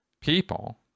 people